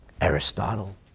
Aristotle